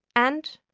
and,